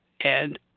and-